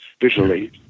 visually